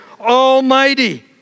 Almighty